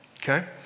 Okay